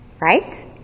Right